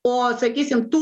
o sakysim tų